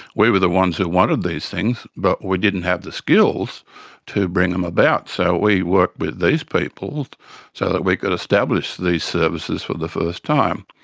we were the ones who wanted these things, but we didn't have the skills to bring them about. so we worked with these people so that we could establish these services for the first time.